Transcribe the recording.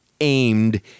aimed